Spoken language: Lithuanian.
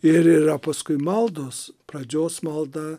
ir yra paskui maldos pradžios malda